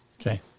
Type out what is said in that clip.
Okay